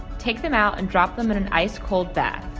take them out and drop them in an ice cold bath.